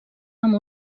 amb